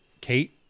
Kate